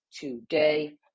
today